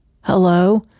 hello